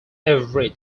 every